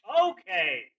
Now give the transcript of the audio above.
Okay